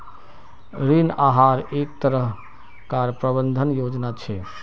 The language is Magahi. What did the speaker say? ऋण आहार एक तरह कार प्रबंधन योजना छे